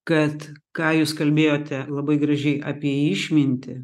kad ką jūs kalbėjote labai gražiai apie išmintį